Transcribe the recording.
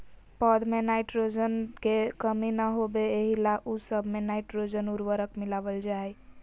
पौध में नाइट्रोजन के कमी न होबे एहि ला उ सब मे नाइट्रोजन उर्वरक मिलावल जा हइ